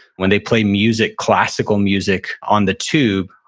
when they play music, classical music on the tube,